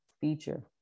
feature